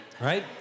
right